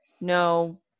no